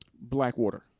Blackwater